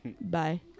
Bye